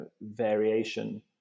variation